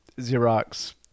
Xerox